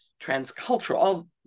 transcultural